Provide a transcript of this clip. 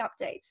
updates